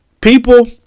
people